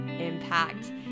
impact